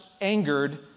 angered